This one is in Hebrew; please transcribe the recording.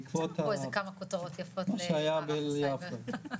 בעקבות מה שהיה בהלל יפה,